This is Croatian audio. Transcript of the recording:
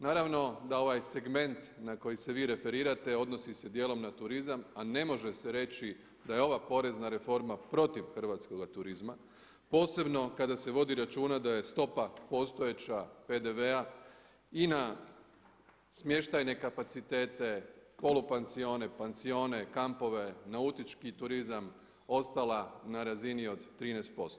Naravno da ovaj segment na koji se vi referirate odnosi se dijelom na turizam, a ne može se reći da je ova porezna reforma protiv hrvatskoga turizma, posebno kada se vodi računa da je stopa postojeća PDV-a i na smještajne kapaciteta, polupansione, pansione, kampove, nautički turizam ostala na razini od 13%